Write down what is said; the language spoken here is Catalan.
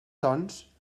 sons